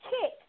kick